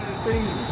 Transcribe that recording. sea